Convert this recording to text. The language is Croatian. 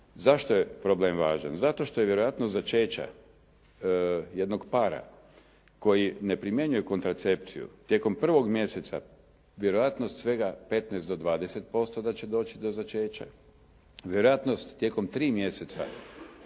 Zašto je problem važan? Zato što je vjerojatnost začeća jednog para koji ne primjenjuje kontracepciju tijekom prvog mjeseca vjerojatnost svega 15 do 20% da će doći do začeća. Vjerojatnost tijekom 3 mjeseca